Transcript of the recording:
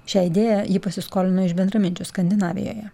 šią idėją ji pasiskolino iš bendraminčių skandinavijoje